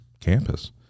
campus